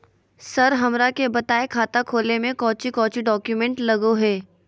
Sir हमरा के बताएं खाता खोले में कोच्चि कोच्चि डॉक्यूमेंट लगो है?